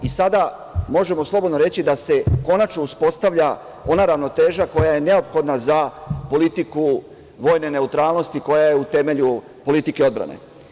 Sada, možemo slobodno reći da se konačno uspostavlja ona ravnoteža koja je neophodna za politiku vojne neutralnosti koja je u temelju politike odbrane.